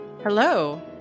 Hello